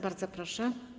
Bardzo proszę.